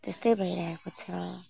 त्यस्तै भइरहेको छ